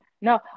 No